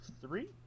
three